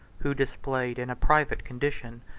who displayed, in a private condition,